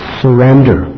surrender